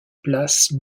place